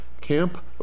camp